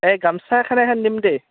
এই গামছা নিম দেই